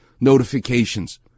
notifications